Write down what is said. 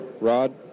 Rod